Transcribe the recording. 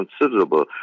considerable